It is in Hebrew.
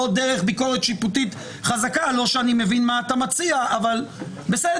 לא דרך ביקורת שיפוטית חזקה לא שאני מבין מה אתה מציע אבל אני